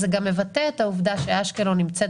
וזה גם מבטא את העובדה שאשקלון נמצאת